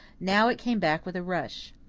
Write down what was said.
now it came back with a rush.